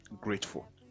grateful